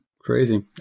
crazy